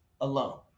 alone